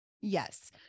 Yes